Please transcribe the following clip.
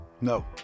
No